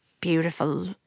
beautiful